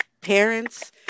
parents